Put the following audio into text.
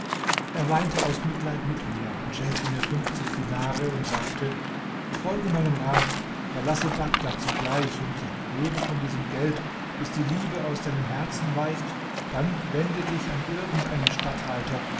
er weinte aus mitleid mit mir und schenkte mir fünfzig dinare und sagte folge meinem rat verlasse bagdad sogleich und lebe von diesem geld bis die liebe aus deinem herzen weicht dann wende dich an irgend einen statthalter